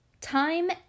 Time